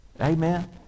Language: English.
Amen